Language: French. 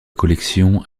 collection